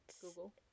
Google